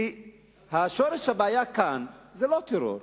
כי שורש הבעיה כאן הוא לא טרור,